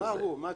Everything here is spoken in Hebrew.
זה פה 2,000,